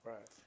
Right